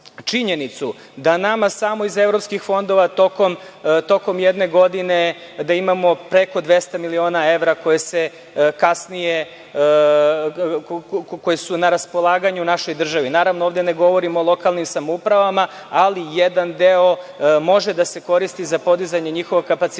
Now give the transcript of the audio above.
da samo iz evropskih fondova tokom jedne godine imamo preko 200 miliona evra koje su na raspolaganju našoj državi. Naravno, ovde ne govorim o lokalnim samoupravama, ali jedan deo može da se koristi za podizanje njihovog kapaciteta.